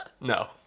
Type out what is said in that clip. No